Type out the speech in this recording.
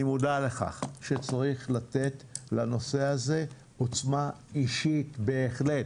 אני מודע לכך שצריך לתת לנושא הזה עוצמה אישית בהחלט.